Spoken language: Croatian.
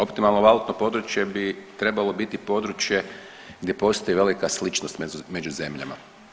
Optimalno valutno područje bi trebalo biti područje gdje postoji velika sličnost među zemljama.